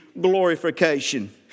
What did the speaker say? glorification